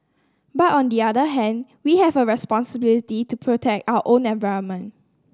but on the other hand we have a responsibility to protect our own environment